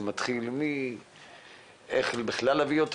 זה מתחיל מאיך בכלל להביא את העולה,